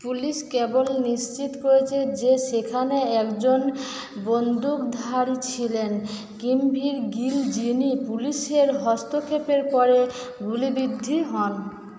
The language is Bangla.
পুলিশ কেবল নিশ্চিত করেছে যে সেখানে একজন বন্দুকধারী ছিলেন কিমভীর গিল যিনি পুলিশের হস্তক্ষেপের পরে গুলিবিদ্ধ হন